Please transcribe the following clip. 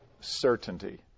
certainty